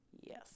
Yes